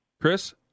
Chris